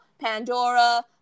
Pandora